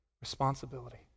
responsibility